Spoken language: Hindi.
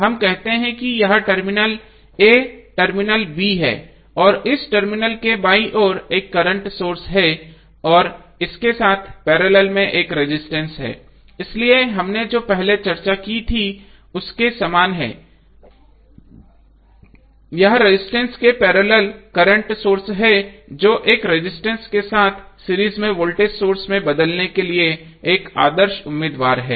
हम कहते हैं कि यह टर्मिनल a टर्मिनल b है और इस टर्मिनल के बाईं ओर एक करंट सोर्स है और इसके साथ पैरेलल में एक रजिस्टेंस है इसलिए हमने जो पहले चर्चा की थी उसके समान है कि यह रजिस्टेंस के पैरेलल करंट सोर्स है जो एक रजिस्टेंस के साथ सीरीज में वोल्टेज सोर्स में बदलने के लिए एक आदर्श उम्मीदवार है